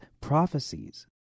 prophecies